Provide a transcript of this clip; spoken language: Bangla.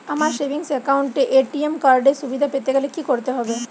আমার সেভিংস একাউন্ট এ এ.টি.এম কার্ড এর সুবিধা পেতে গেলে কি করতে হবে?